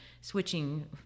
switching